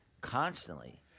constantly